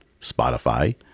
Spotify